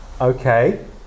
okay